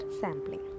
Sampling